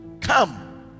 come